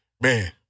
man